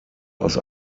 aus